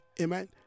amen